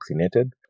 vaccinated